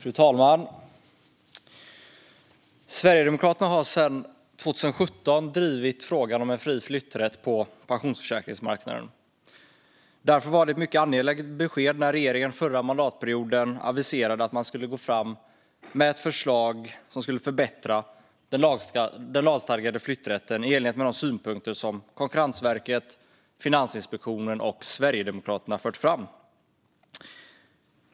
Fru talman! Sverigedemokraterna har sedan 2017 drivit frågan om en fri flytträtt på pensionsförsäkringsmarknaden. Därför var det ett mycket angeläget besked när regeringen förra mandatperioden aviserade att den skulle gå fram med ett förslag som skulle förbättra den lagstadgade flytträtten i enlighet med de synpunkter som Konkurrensverket, Finansinspektionen och Sverigedemokraterna fört fram.